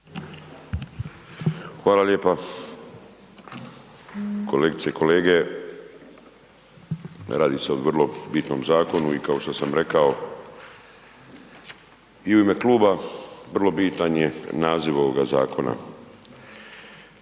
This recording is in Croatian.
Hvala lijepa. Kolegice i kolege, radi se o vrlo bitnom zakonu i kao što sam rekao i u ime kluba vrlo bitan je naziv ovoga zakona.